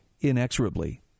inexorably